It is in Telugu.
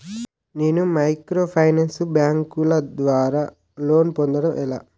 నేను మైక్రోఫైనాన్స్ బ్యాంకుల ద్వారా లోన్ పొందడం ఎలా?